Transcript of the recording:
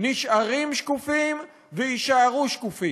נשארים שקופים ויישארו שקופים.